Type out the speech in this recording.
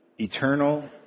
eternal